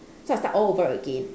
so I start all over again